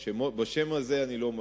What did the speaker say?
בשם הזה אני לא,